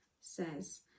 says